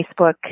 Facebook